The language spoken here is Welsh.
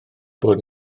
bod